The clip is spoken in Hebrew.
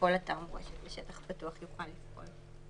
וכל אתר מורשת בשטח יוכל לפעול.